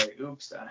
Oops